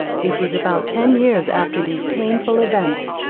it was about ten years after these painful events,